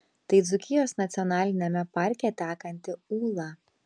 tai dzūkijos nacionaliniame parke tekanti ūla